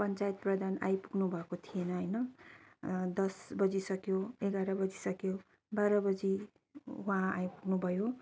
पञ्चयात प्रधान आइपुग्नु भएको थिएन होइन दस बजिसक्यो एघार बजिसक्यो बाह्र बजी उहाँ आइपुग्नु भयो